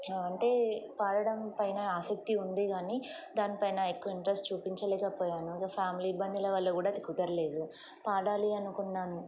అంటే పాడడం పైన ఆసక్తి ఉంది కానీ దానిపైన ఎక్కువ ఇంట్రెస్ట్ చూపించలేకపోయాను ఇంకా ఫ్యామిలీ ఇబ్బందుల వల్ల కూడా దిగుతారులేదు పాడాలి అనుకున్నాను